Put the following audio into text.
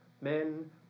men